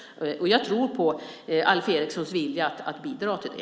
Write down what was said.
Jag tror på Alf Erikssons vilja att bidra till det.